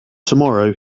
tomorrow